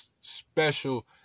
special